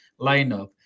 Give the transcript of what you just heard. lineup